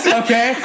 okay